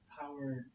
powered